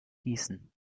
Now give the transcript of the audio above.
gießen